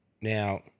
now